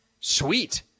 Sweet